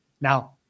now